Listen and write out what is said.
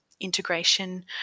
integration